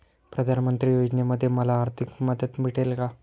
प्रधानमंत्री योजनेमध्ये मला आर्थिक मदत भेटेल का?